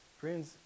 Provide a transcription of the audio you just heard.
Friends